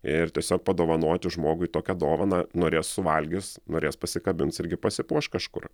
ir tiesiog padovanoti žmogui tokią dovaną norės suvalgis norės pasikabins irgi pasipuoš kažkur